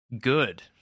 Good